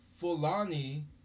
Fulani